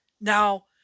Now